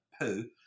poo